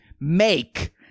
make